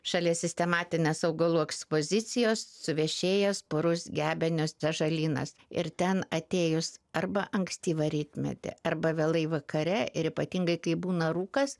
šalia sistematinės augalų ekspozicijos suvešėjęs parus gebenės sąžalynas ir ten atėjus arba ankstyvą rytmetį arba vėlai vakare ir ypatingai kai būna rūkas